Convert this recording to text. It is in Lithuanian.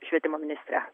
švietimo ministrę